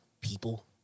people